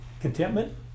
contentment